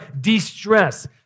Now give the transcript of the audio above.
de-stress